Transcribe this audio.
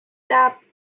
dubbed